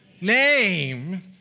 name